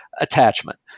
attachment